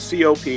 COP